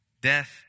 death